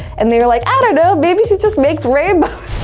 and they were like, i don't know, maybe she just makes rainbows